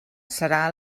serà